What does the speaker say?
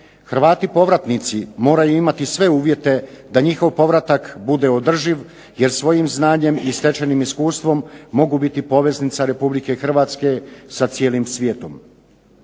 Hrvati povratnici moraju imati sve uvjete da njihov povratak bude održiv jer svojim znanjem i stečenim iskustvom mogu biti poveznica Republike Hrvatske sa cijelim svijetom.